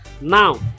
Now